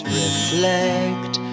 reflect